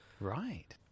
Right